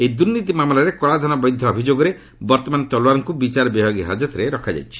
ଏହି ଦୁର୍ନୀତି ମାମଲାରେ କଳାଧନ ବୈଧ ଅଭିଯୋଗରେ ବର୍ତ୍ତମାନ ତଲୱାରଙ୍କୁ ବିଚାରବିଭାଗୀୟ ହାଜତରେ ରଖାଯାଇଛି